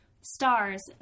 stars